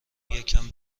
یکم